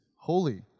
holy